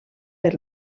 per